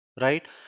Right